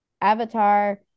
Avatar